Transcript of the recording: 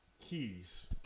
Keys